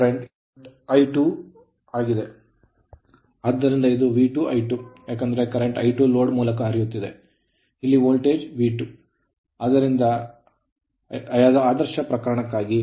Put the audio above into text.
ಆದ್ದರಿಂದ ಇದು V2I2 ಏಕೆಂದರೆ ಪ್ರಸ್ತುತ I2 ಲೋಡ್ ಮೂಲಕ ಹರಿಯುತ್ತಿದೆ ಮತ್ತು ಇಲ್ಲಿ ವೋಲ್ಟೇಜ್ ಇದು V2 ಆದ್ದರಿಂದ ಆದರ್ಶ ಪ್ರಕರಣಕ್ಕಾಗಿ